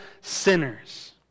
sinners